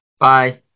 Bye